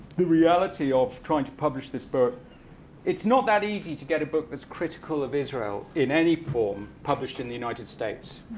the reality of trying to publish this book it's not that easy to get a book that's critical of israel, in any form, published in the united states.